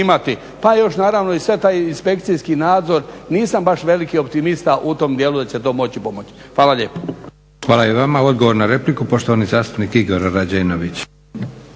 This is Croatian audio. pa još naravno sva taj inspekcijski nadzor, nisam veliki optimista u tom dijelu da će to moći pomoći. Hvala lijepo. **Leko, Josip (SDP)** Hvala i vama. Odgovor na repliku, poštovani zastupnik Igor Rađenović.